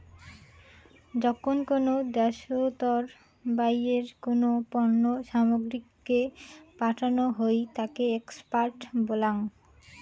যখন কোনো দ্যাশোতর বাইরে কোনো পণ্য সামগ্রীকে পাঠানো হই তাকে এক্সপোর্ট বলাঙ